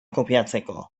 kopiatzeko